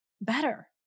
better